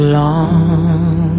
long